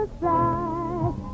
side